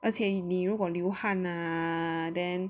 而且你如果流汗 ah then